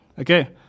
Okay